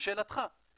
לשאלתך,